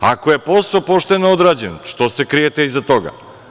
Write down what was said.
Ako je posao pošteno odrađen, što se krijete iza toga?